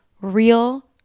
real